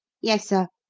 yes, sir.